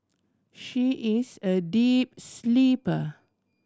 she is a deep sleeper